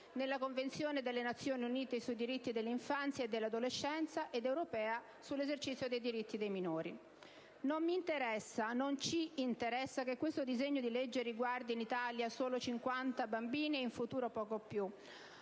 nella Convenzione delle Nazioni Unite sui diritti dell'infanzia e dell'adolescenza ed in quella europea sull'esercizio dei diritti dei minori. Non mi interessa, non ci interessa che questo disegno di legge riguardi in Italia solo 50 bambini, e in futuro poco più.